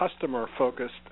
customer-focused